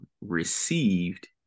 received